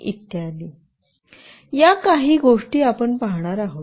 इत्यादी या काही गोष्टी आपण पाहणार आहोत